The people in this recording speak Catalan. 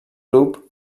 grup